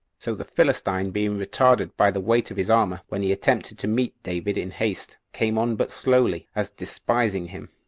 so the philistine being retarded by the weight of his armor, when he attempted to meet david in haste, came on but slowly, as despising him,